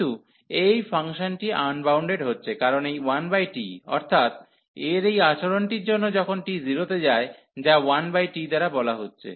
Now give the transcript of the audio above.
কিন্তু এই ফাংশনটি আনবাউন্ডেড হচ্ছে কারণ এই 1t অর্থাৎ এর এই আচরণটির জন্য যখন t 0 তে যায় যা 1t দ্বারা বলা হচ্ছে